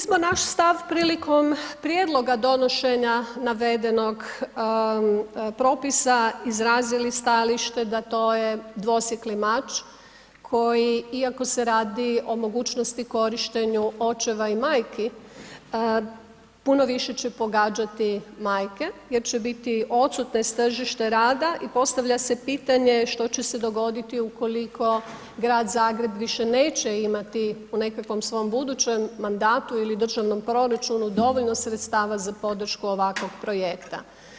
Mi smo naš stav prilikom prijedloga donošenja navedenog propisa izrazili stajalište da to je dvosjekli mač koji, iako se radi o mogućnosti korištenju očeva i majki, puno više će pogađati majke jer će biti odsutne s tržišta rada i postavlja se pitanje što će se dogoditi ukoliko Grad Zagreb više neće imati u nekakvom svom budućem mandatu ili državnom proračunu dovoljno sredstava za podršku ovakvog projekta.